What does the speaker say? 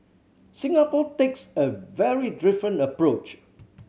Singapore takes a very different approach